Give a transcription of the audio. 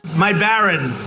my barron!